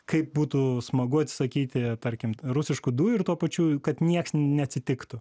kaip būtų smagu atsisakyti tarkim rusiškų dujų ir tuo pačiu kad nieks neatsitiktų